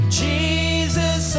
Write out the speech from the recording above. jesus